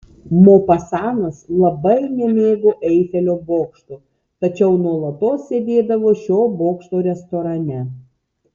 mopasanas labai nemėgo eifelio bokšto tačiau nuolatos sėdėdavo šio bokšto restorane